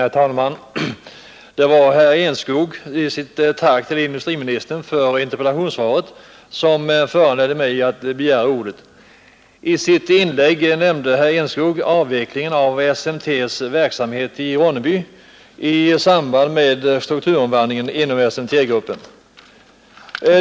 Herr talman! Det var herr Enskog som i sitt tack till industriministern för interpellationssvaret föranledde mig att begära ordet. I sitt inlägg nämnde herr Enskog avvecklingen av SMT:s verksamhet i Ronneby i samband med strukturomvandlingen inom SMT-gruppen.